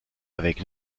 avec